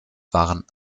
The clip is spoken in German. waren